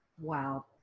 Wow